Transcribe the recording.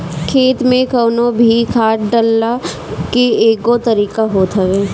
खेत में कवनो भी खाद डालला के एगो तरीका होत हवे